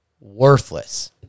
worthless